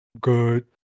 Good